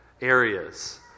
areas